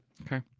Okay